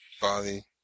body